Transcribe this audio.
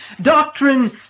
Doctrine